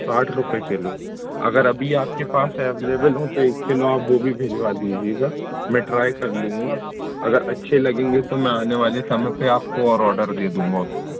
साठ रुपये किलो अगर अभी आपके पास एवलेबल हों तो एक किलो आप वो भी भिजवा दीजिएगा मैं ट्राई कर लूँगा अगर अच्छे लगेंगे तो मैं आने वाले समय पर आपको और ऑडर दे दूँगा उसका